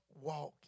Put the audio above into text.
walk